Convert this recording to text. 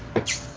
it's